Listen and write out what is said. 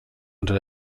unter